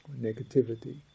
negativity